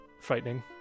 frightening